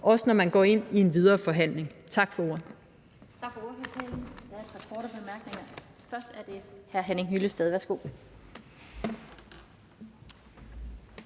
også når man går ind i en videre forhandling. Tak for ordet.